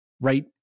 right